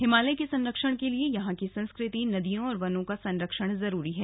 हिमालय के संरक्षण के लिए यहां की संस्कृति नदियों और वनों का संरक्षण जरूरी है